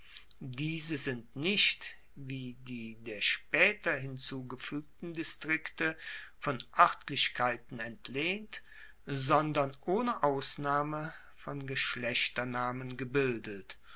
diese sind nicht wie die der spaeter hinzugefuegten distrikte von oertlichkeiten entlehnt sondern ohne ausnahme von geschlechternamen gebildet